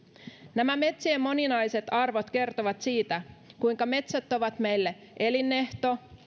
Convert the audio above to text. nämä metsien moninaiset arvot kertovat siitä kuinka metsät ovat meille elinehto